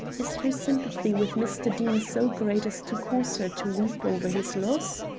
is her sympathy with mr. deane so great as to cause her to weep over his loss?